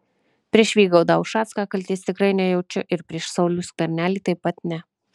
prieš vygaudą ušacką kaltės tikrai nejaučiu ir prieš saulių skvernelį taip pat ne